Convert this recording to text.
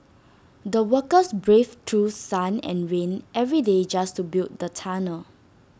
the workers braved through sun and rain every day just to build the tunnel